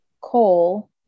coal